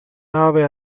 nave